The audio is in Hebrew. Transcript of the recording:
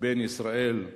בין ישראל,